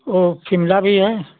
वो शिमला भी है